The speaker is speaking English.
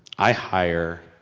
i hire,